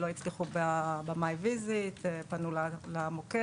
לא הצליחו ב-My Visit ופנו למוקד.